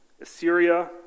Assyria